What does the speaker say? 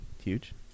Huge